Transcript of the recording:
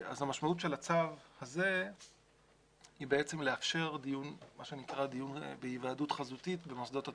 אז המשמעות של הצו הזה היא לאפשר דיון בהיוועדות חזותית במוסדות התכנון.